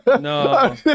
no